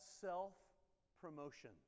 self-promotion